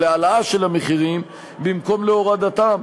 להעלאת המחירים במקום להורדתם,